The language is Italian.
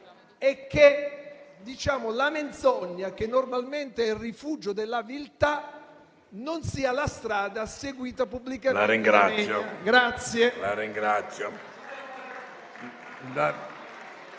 è che la menzogna che normalmente è il rifugio della viltà non sia la strada seguita pubblicamente